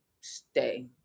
stay